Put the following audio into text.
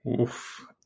Oof